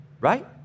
right